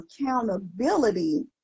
accountability